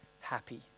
happy